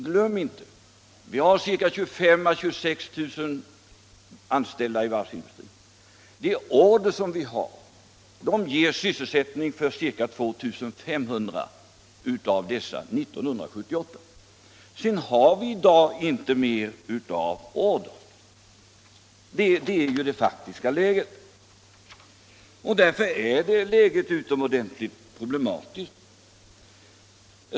Glöm inte att vi har mellan 25 000 och 26 000 anställda i varvsindustrin, men att de order vi har ger sysselsättning för ca 2 500 av dessa år 1978. Det är det faktiska läget, och det är utomordentligt problematiskt.